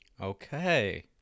Okay